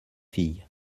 fille